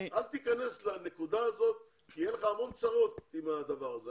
אל תיכנס לנקודה הזאת כי יהיו לך המון צרות עם הדבר הזה.